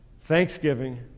thanksgiving